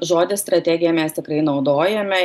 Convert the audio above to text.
žodį strategija mes tikrai naudojame